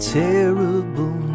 terrible